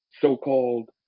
so-called